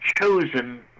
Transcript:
chosen